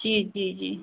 जी जी जी